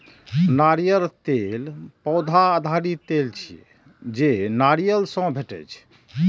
नारियल तेल पौधा आधारित तेल छियै, जे नारियल सं भेटै छै